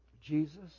Jesus